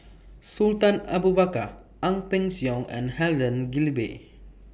Sultan Abu Bakar Ang Peng Siong and Helen Gilbey